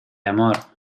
amor